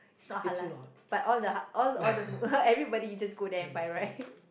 is not halal but all the ha~ all all the mu~ everybody is just go there and buy right